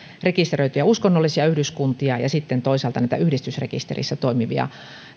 rekisteröityjä uskonnollisia yhdyskuntia ja sitten toisaalta niitä yhdistysrekisterissä toimivia